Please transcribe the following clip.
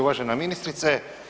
Uvažena ministrice.